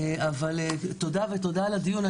תודה על הדיון,